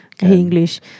English